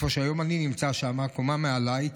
איפה שהיום אני נמצא, קומה מעליי.